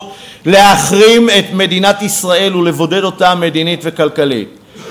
להחרים את מדינת ישראל ולבודד אותה מדינית וכלכלית.